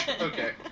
Okay